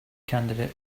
candidate